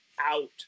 out